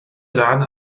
ran